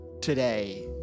today